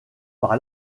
par